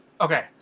Okay